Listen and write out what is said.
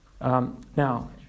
Now